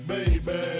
Baby